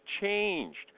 changed